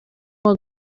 uwa